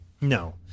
No